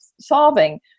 solving